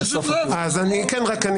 זה יעזור לך אם